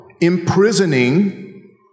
imprisoning